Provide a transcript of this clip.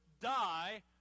die